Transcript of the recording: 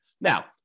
Now